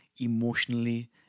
emotionally